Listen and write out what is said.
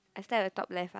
I start at the top left ah